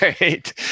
right